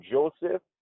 Joseph